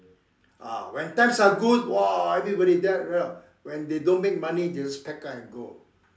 ah when times are good !wah! everybody when they don't make money they just pack up and go